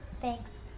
thanks